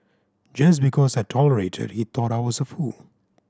just because I tolerated he thought I was a fool